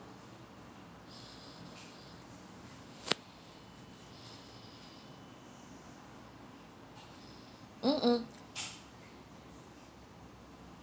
mm